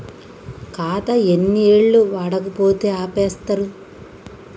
ఖాతా ఎన్ని ఏళ్లు వాడకపోతే ఆపేత్తరు?